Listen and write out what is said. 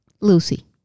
lucy